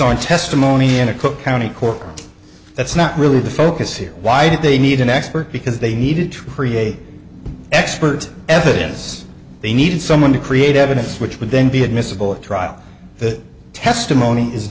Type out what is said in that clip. on testimony in a cook county court that's not really the focus here why did they need an expert because they needed to create expert evidence they needed someone to create evidence which would then be admissible at trial that testimony is